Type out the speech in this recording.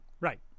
Right